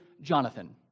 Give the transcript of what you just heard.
Jonathan